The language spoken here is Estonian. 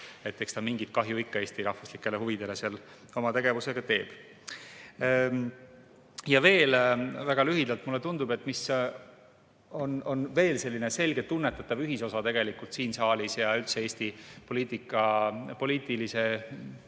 on. Eks ta mingit kahju ikka Eesti rahvuslikele huvidele seal oma tegevusega teeb. Veel, väga lühidalt, mulle tundub, et veel on selline selge tunnetatav ühisosa siin saalis ja üldse Eesti poliitilisel